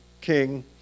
King